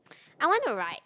I want to write